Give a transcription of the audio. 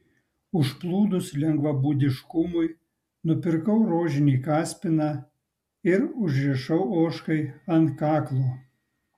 užplūdus lengvabūdiškumui nupirkau rožinį kaspiną ir užrišau ožkai ant kaklo